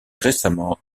récemment